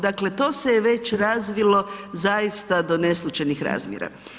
Dakle to se je već razvilo zaista do neslućenih razmjera.